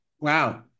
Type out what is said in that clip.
Wow